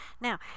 Now